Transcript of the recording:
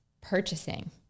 purchasing